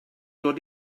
dod